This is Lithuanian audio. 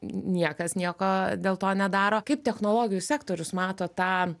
niekas nieko dėl to nedaro kaip technologijų sektorius mato tą